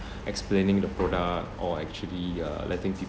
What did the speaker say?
explaining the product or actually uh letting people